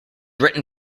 written